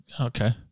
okay